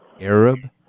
Arab